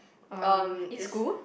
um it's